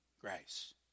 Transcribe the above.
grace